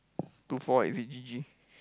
two four is it G_G